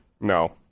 no